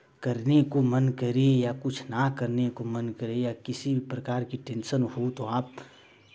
करने को मन करे या कुछ ना करने को मन करे या किसी भी प्रकार का टेंशन हो तो आप